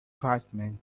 tribesmen